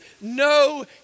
no